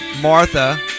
Martha